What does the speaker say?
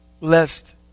lest